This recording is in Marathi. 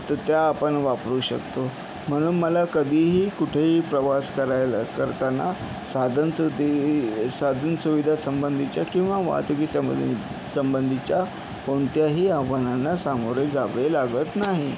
तर त्या आपण वापरू शकतो म्हणून मला कधीही कुठेही प्रवास करायला करताना साधन सुदी साधन सुविधासंबंधीच्या किंवा वाहतुकीसंबंधी संबंधीच्या कोणत्याही आव्हानांना सामोरे जावे लागत नाही